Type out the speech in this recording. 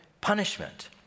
punishment